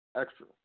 extra